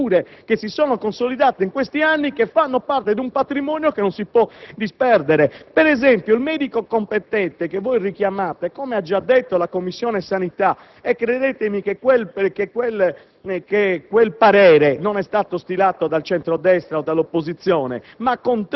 che sicuramente hanno grandi meriti, ma vi sono altre figure che si sono consolidate in questi anni, che fanno parte di un patrimonio che non si può disperdere. Per esempio, il medico competente che voi richiamate, come ha già detto la Commissione sanità: credetemi, quel